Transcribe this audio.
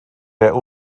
der